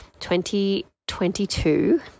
2022